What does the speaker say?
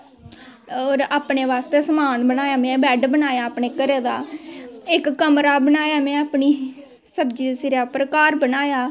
और अपनै बास्तै समान बनाया में बैड्ड बनाया अपने घरे दा इक्क कमरा बनाया में अपनी सब्जी दै सिरै पर घर बनाया